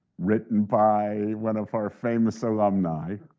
written by one of our famous alumni,